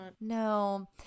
no